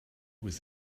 with